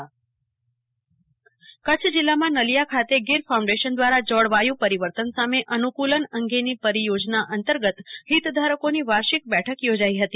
કલ્પના Shah Gir foundation વાર્ષિક બેઠક કચ્છ જિલ્લામાં નલીયા ખાતે ગીર ફાઉન્ડેશન દ્વારા જળવાયુ પરિવર્તન સામે અનુકુલન અંગેની પરિયોજના અંતર્ગત હિતધારકોની વાર્ષિક બેઠક યોજાઇ ફતી